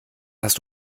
hast